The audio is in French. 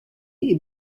est